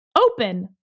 open